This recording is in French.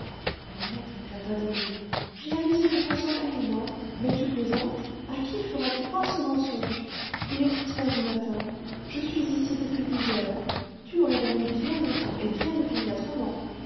mon maître éclata de rire j'ai abusé de ton sommeil moi mais tu plaisantes à qui feras-tu croire ce mensonge il est quatre heures du matin je suis ici depuis dix heures tu aurais dormi bien longtemps et bien